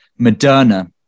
Moderna